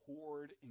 hoard